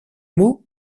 mots